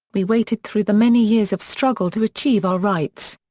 we waited through the many years of struggle to achieve our rights.